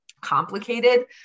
complicated